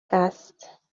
است